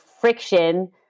friction